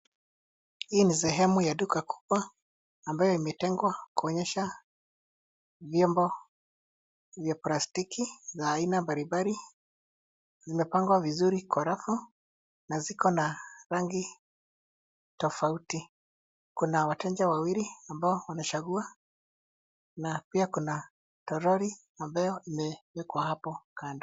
Hii ni sehemu ya duka kubwa ambayo imetengwa kuonyesha vyombo vya plastiki za aina mbalimbali. Zimepangwa vizuri kwa rafu na ziko na rangi tofauti. Kuna wateja wawili ambao wamechagua na pia kuna toroli ambayo imewekwa hapo kando.